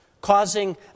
causing